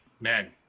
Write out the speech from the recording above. man